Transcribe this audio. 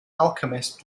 alchemist